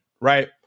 Right